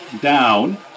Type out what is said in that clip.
down